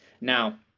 Now